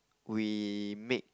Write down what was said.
we make